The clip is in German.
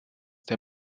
der